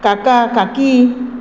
काका काकी